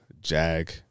Jag